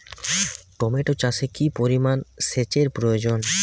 Tomato চাষে কি পরিমান সেচের প্রয়োজন?